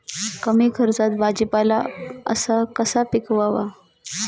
कमी खर्चात भाजीपाला कसा पिकवावा?